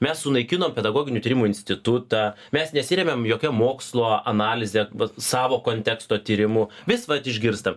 mes sunaikinom pedagoginių tyrimų institutą mes nesiremiam jokia mokslo analize vat savo konteksto tyrimu vis vat išgirstam